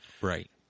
Right